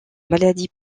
maladies